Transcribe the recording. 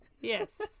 Yes